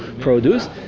produce